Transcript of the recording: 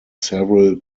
several